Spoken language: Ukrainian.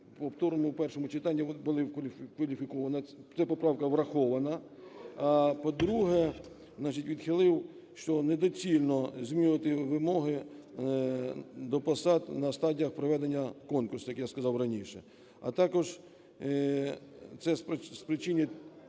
кваліфікована, ця поправка врахована, а, по-друге, значить відхилив, що недоцільно змінювати вимоги до посад на стадіях проведення конкурсів, як я сказав раніше. А також це спричинить